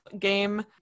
game